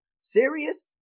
Serious